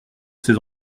ces